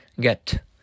Get